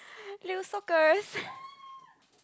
little sock girls